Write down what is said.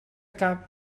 cap